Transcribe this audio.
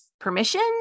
permission